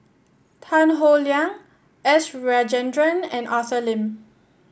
Tan Howe Liang S Rajendran and Arthur Lim